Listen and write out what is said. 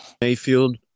Mayfield